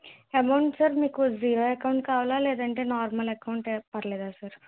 amount sir మీకు zero account కావాలా లేదంటే నార్మల్ అకౌంట్యే పర్లేదా సార్